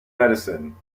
medicine